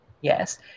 Yes